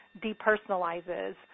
depersonalizes